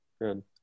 good